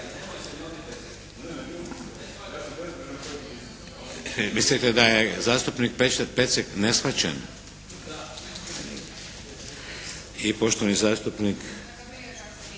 Mislite da je zastupnik Pecek neshvaćen? I poštovani zastupnik